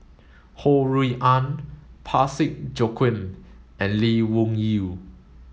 Ho Rui An Parsick Joaquim and Lee Wung Yew